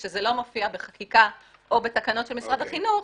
כשזה לא מופיע בחקיקה או בתקנות של משרד החינוך,